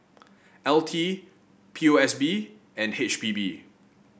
L T P O S B and H P B